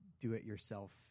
do-it-yourself